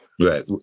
Right